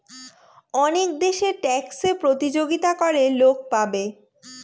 অনেক দেশে ট্যাক্সে প্রতিযোগিতা করে লোক পাবে